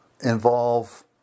involve